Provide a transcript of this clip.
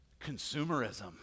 Consumerism